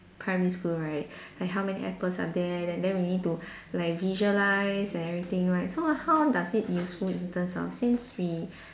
primary school right like how many apples are there then we need to like visualise and everything right so how does it useful in terms of since we